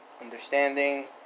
understanding